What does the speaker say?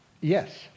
Yes